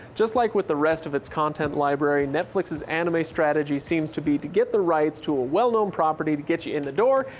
just like with the rest of its content library, netflix's anime strategy seems to be to get the rights to a well known property to get you in the door,